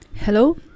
Hello